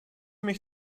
mich